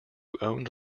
owned